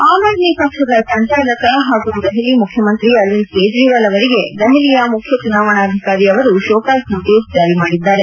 ಆಮ್ಆದ್ನಿ ಪಕ್ಷದ ಸಂಚಾಲಕ ಹಾಗೂ ದೆಹಲಿ ಮುಖ್ಯಮಂತ್ರಿ ಅರವಿಂದ್ ಕೇಜ್ರಿವಾಲ್ ಅವರಿಗೆ ದೆಹಲಿಯ ಮುಖ್ಯ ಚುನಾವಣಾಧಿಕಾರಿ ಅವರು ಶೋಕಾಸ್ ನೋಟೀಸ್ ಜಾರಿ ಮಾಡಿದ್ದಾರೆ